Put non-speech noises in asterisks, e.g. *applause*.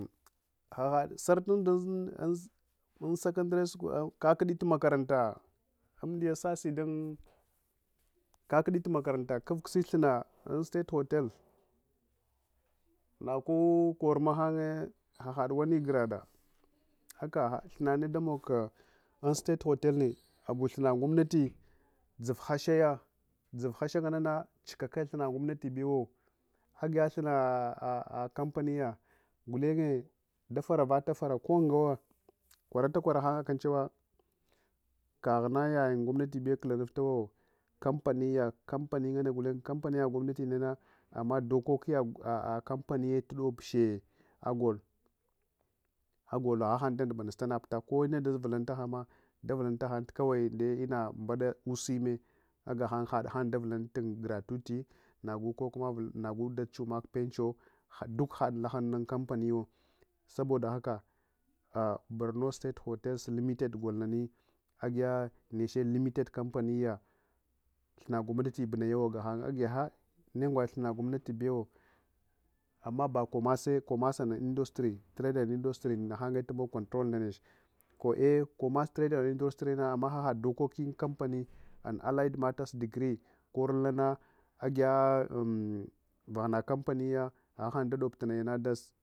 Hahaɗ sartundun anɜ hnɜ sakandar shool anɜ kahaɗ ɗaya makaranta ambiya sasai dang kakaɗ ɗaya makaranta kadkasai thanna an state hotel nagu kormahang hahaɗa wani grada aka gha thanna ne da mogka an state hotel ne. Abu thanna gomnati javhashaya, javhasha nganna na chikakke thanna gomnati bewo, agigya thanna a a kampaniya. Gulenge da faravata fara ko ngaura kwarata kwara ha nge akan chewa kaghna yayeng gomnati bew kknaftaute kompaniya, kampani ngana gulenge kampaniya gomnati nena amma dokokiya bisu ka kampaniye ta ɗobihe agol. Agol aghahang da ndaɓaanasta na patta. Ko ine da vallanuta hang ma da vallanura hang kawai ina mɓada usime agahang haɗhang da vallanu ang gratuli nagu kokma val nagu da chow mak pencho, duk ha lahhan nan kampaniyo. Saboda haka a barno state hotels limited golni agiya niche limited kampaniya. Thanna gomnati baneyewo. Agi gha nengwaɗe thanna gomnati bewo amma ba komase, komas and industry trade and industry na hange tamog control ndaneche ko ae komas trade and industry na amma hahaɗ dokokin kompani and alied malas nacrat koralna na agiya *hesitation* vaghna kampaniya aghahang da ɗobannya na das.